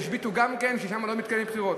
הם ישביתו גם כן, כי שם לא מקיימים בחירות?